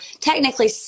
technically